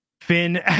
finn